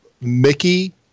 Mickey